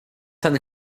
ten